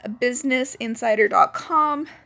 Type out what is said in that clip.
businessinsider.com